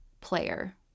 player